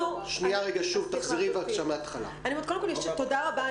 תודה רבה.